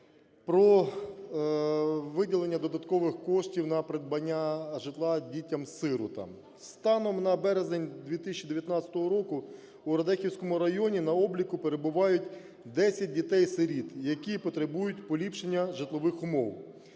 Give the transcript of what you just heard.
про виділення додаткових коштів на придбання житла дітям-сиротам. Станом на березень 2019 року у Радехівському районі на обліку перебуває 10 дітей-сиріт, які потребують поліпшення житлових умов.